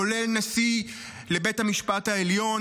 כולל נשיא לבית המשפט העליון,